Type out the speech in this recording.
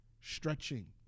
stretching